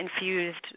infused